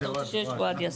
או שאתה רוצה שאוהד יעשה?